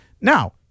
Now